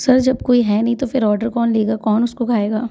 sir जब कोई है नहीं तो फिर ऑर्डर कौन लेगा कौन उसको खाएगा